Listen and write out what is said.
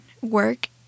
work